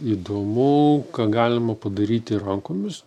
įdomu ką galima padaryti rankomis